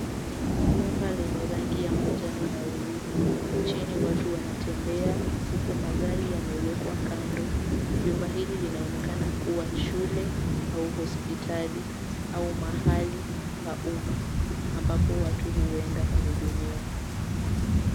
Jumba lenye rangi ya manjano na weupe. Chini watu wanatembea huku magari yamewekwa kando. Jumba hili linaonekana kuwa shule au hospitali au mahali pa uma ambapo watu huenda kuhudumiwa.